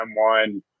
M1